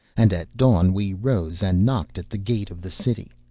and at dawn we rose and knocked at the gate of the city.